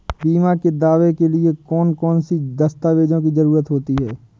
बीमा के दावे के लिए कौन कौन सी दस्तावेजों की जरूरत होती है?